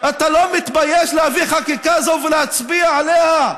אתה לא מתבייש להביא חקיקה זו ולהצביע עליה?